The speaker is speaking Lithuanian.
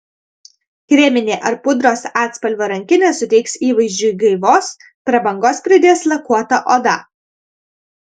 kreminė ar pudros atspalvio rankinė suteiks įvaizdžiui gaivos prabangos pridės lakuota oda